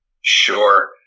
Sure